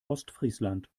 ostfriesland